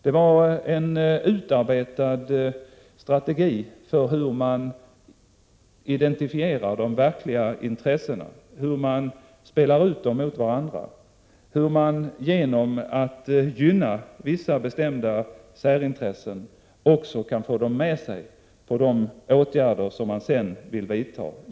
Det var en utarbetad strategi för hur man identifierar de verkliga intressena, hur man spelar ut dem mot varandra, hur man genom att gynna vissa bestämda särintressen också kan få dem med sig på de åtgärder som man sedan vill vidta.